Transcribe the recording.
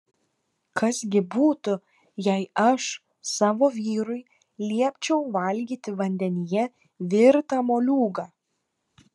kas gi būtų jei aš savo vyrui liepčiau valgyti vandenyje virtą moliūgą